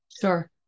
Sure